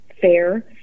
fair